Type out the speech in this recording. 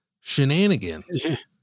shenanigans